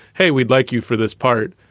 hey, we'd like you for this part.